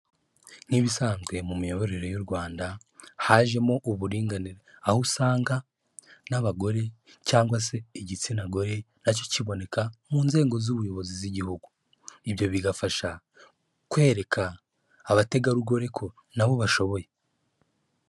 Nk'ibisanzwe mu miyoborere y'u Rwanda hajemo uburinganire, aho usanga n'abagore cyangwa se igitsina gore nacyo kiboneka mu nzego z'ubuyobozi z'igihugu, ibyo bigafasha kwereka abategarugori ko na bo bashoboye.